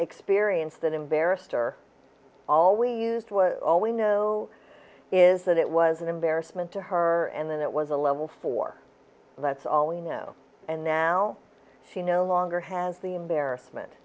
experienced and embarrassed are always used was all we know is that it was an embarrassment to her and then it was a level four that's all we know and now she no longer has the embarrassment